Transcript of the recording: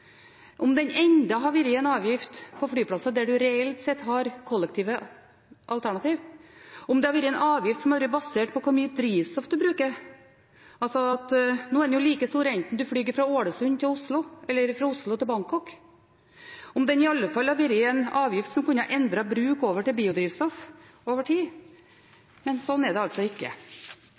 Om det enda hadde vært en avgift på flyplasser, der en reelt sett har kollektive alternativ, om det hadde vært en avgift som hadde vært basert på hvor mye drivstoff en bruker, nå er den jo like stor enten du flyr fra Ålesund til Oslo eller fra Oslo til Bangkok, om den iallfall hadde vært en avgift som kunne endret bruk over til biodrivstoff over tid – men slik er det altså ikke.